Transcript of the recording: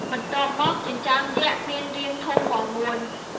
បន្ទាប់មក ចិញ្ចើមយក្ស មានរាងធំ មាំមួន។